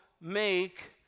make